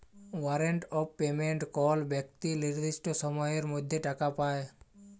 warrant of payment call বেক্তি লির্দিষ্ট সময়ের মধ্যে টাকা পায়